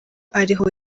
ariho